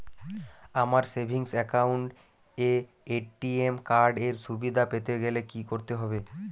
আমার savings account এ ATM card এর সুবিধা পেতে গেলে কি করতে হবে?